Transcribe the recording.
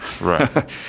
Right